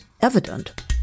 evident